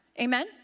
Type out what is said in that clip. Amen